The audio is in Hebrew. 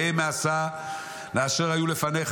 ראה מה עשה לאשר היו לפניך,